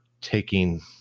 taking